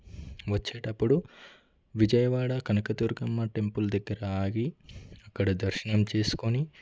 వచ్చేటప్పుడు విజయవాడ కనకదుర్గమ్మ టెంపుల్ దగ్గర ఆగి అక్కడ దర్శనం చేసుకుని